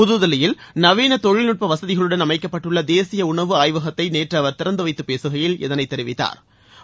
புது தில்லியில் நவீன தொழில்நுட்ப வசதிகளுடன் அமைக்கப்பட்டுள்ள தேசிய உணவு ஆய்வகத்தை நேற்று அவர் திறந்து வைத்து பேசுகையில் இதனை தெரிவித்தாா்